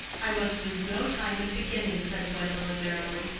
i must lose no time in beginning, said gwendolen, merrily.